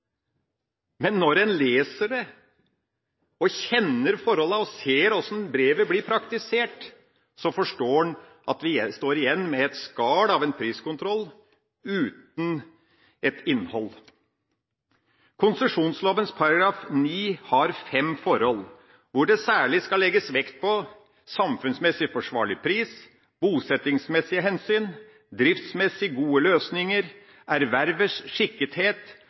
Men når en leser det, og kjenner forholdene, og ser hvordan brevet blir praktisert, forstår en at vi står igjen med et skall av en priskontroll uten et innhold. Konsesjonsloven § 9 har fem forhold, hvor det særlig skal legges vekt på samfunnsmessig forsvarlig prisutvikling, bosettingsmessige hensyn, driftsmessig gode løsninger, erververs skikkethet